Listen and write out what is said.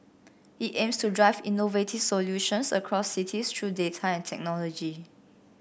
it aims to drive innovative solutions across cities through data and technology